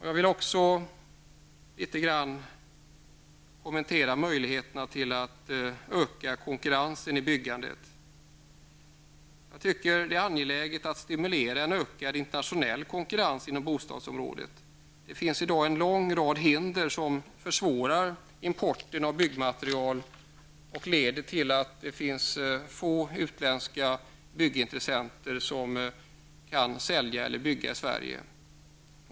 Jag vill också litet grand kommentera möjligheterna till att öka konkurrensen inom byggandet. Jag tycker att det är angeläget att stimulera en ökad internationell konkurrens inom bostadsområdet. Det finns i dag en lång rad hinder som försvårar importen av byggmaterial och leder till att det finns få utländska byggintressenter som kan bygga i Sverige.